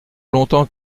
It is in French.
longtemps